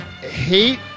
hate